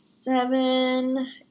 seven